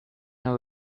know